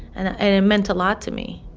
and and it meant a lot to me.